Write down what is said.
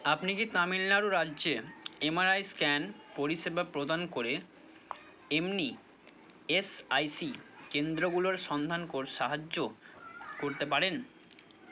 আপনি কি তামিলনাড়ু রাজ্যে এমআরআই স্ক্যান পরিষেবা প্রদান করে এমনি এসআইসি কেন্দ্রগুলোর সন্ধান কর সাহায্য করতে পারেন